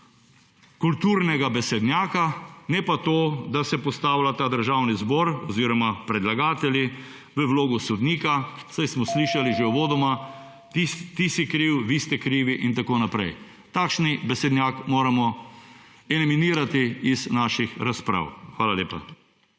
kulturnega besednjaka, ne pa tega, da se postavlja ta državni zbor oziroma predlagatelji v vlogo sodnika, saj smo slišali že uvodoma, ti si kriv, vi ste krivi in tako naprej. Takšen besednjak moramo eliminirati iz naših razprav. Hvala lepa.